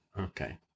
okay